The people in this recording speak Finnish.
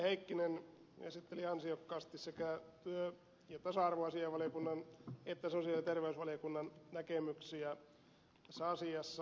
heikkinen esitteli ansiokkaasti sekä työ ja tasa arvovaliokunnan että sosiaali ja terveysvaliokunnan näkemyksiä tässä asiassa